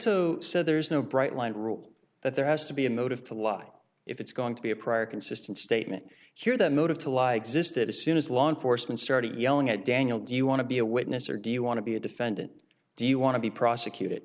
rule that there has to be a motive to lie if it's going to be a prior consistent statement here that motive to lie existed as soon as law enforcement started yelling at daniel do you want to be a witness or do you want to be a defendant do you want to be prosecuted